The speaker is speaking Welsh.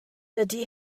dydy